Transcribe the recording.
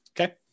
Okay